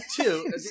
two